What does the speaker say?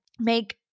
make